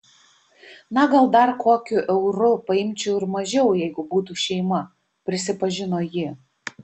na gal dar kokiu euru paimčiau ir mažiau jeigu būtų šeima prisipažino ji